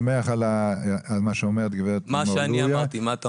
אני שמח לשמוע את דבריו גברת לוריא שהם